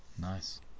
Nice